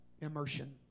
immersion